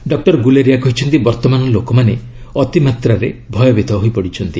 doctor Guleria କହିଛନ୍ତି ବର୍ତ୍ତମାନ ଲୋକମାନେ ଅତିମାତ୍ରାରେ ଭୟଭୀତ ହୋଇପଡ଼ିଛନ୍ତି